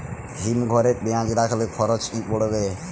হিম ঘরে পেঁয়াজ রাখলে খরচ কি পড়বে?